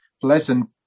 pleasant